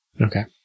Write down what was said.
Okay